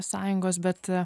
sąjungos bet